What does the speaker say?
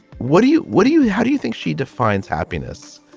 what do you what do you how do you think she defines happiness?